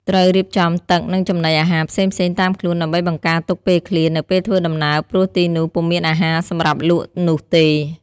ត្រូវរៀបចំទឹកនិងចំណីអារហារផ្សេងៗតាមខ្លួនដើម្បីបង្កាទុកពេលឃ្លាននៅពេលធ្វើដំណើរព្រោះទីនោះពុំមានអារហារសម្រាប់លក់នោះទេ។